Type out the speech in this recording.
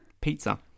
Pizza